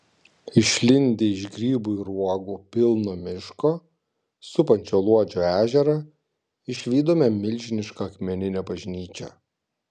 išlindę iš grybų ir uogų pilno miško supančio luodžio ežerą išvydome milžinišką akmeninę bažnyčią